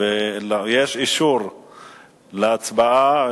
ויש אישור להצבעה,